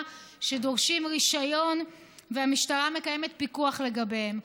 שדורשים רישיון והמשטרה מקיימת פיקוח לגביהם,